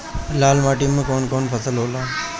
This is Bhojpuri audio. लाल माटी मे कवन कवन फसल होला?